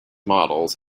models